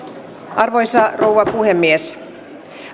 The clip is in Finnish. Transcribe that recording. arvoisa rouva puhemies